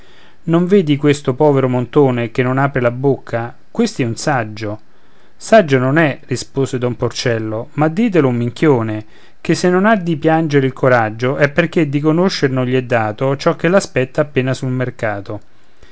non vedi questo povero montone che non apre la bocca questi è un saggio saggio non è rispose don porcello ma ditelo un minchione che se non ha di piangere il coraggio è perché di conoscer non gli è dato ciò che l'aspetta appena sul mercato